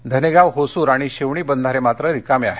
धनेगाव होसूर आणि शिवणी बंधारे मात्र रिकामे आहेत